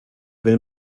will